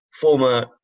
former